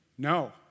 No